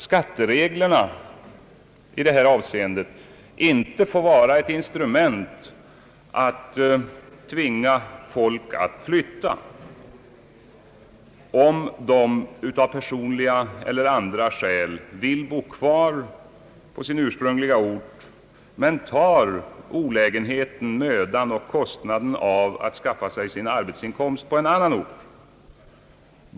Skattereglerna får inte vara ett instrument för att tvinga folk att flytta om någon av personliga eller andra skäl vill bo kvar på sin ursprungliga ort men tar olägenheten, mödan och kostnaderna som det för med sig att skaffa sig sin arbetsinkomst på annan ort.